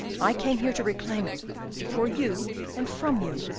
i came here to reclaim it before you and from you.